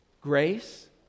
Grace